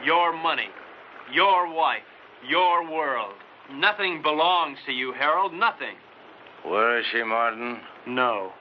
your money your wife your world nothing belongs to you harold nothing